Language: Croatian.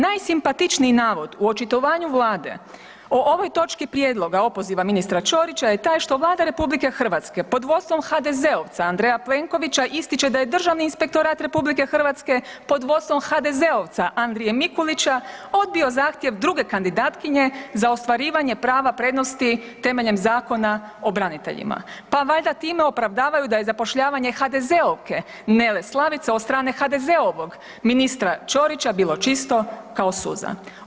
Najsimpatičniji navod u očitovanju Vlade o ovoj točki prijedlog opoziva ministra Ćorića je taj što Vlada RH pod vodstvom HDZ-ovca Andreja Plenkovića ističe da je Državni inspektorat RH pod vodstvom HDZ-ovca Andrije Mikulića odbio zahtjev druge kandidatkinje za ostvarivanje prava prednosti temeljem Zakona o braniteljima pa valjda time opravdavaju da je zapošljavanje HDZ-ovke Nele Slavice od strane HDZ-ovog ministra Ćorića bilo čisto kao suza.